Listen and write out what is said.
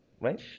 right